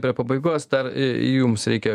prie pabaigos dar jums reikia